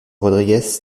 rodrigues